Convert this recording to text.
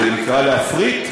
זה נקרא להפריט?